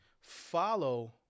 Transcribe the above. follow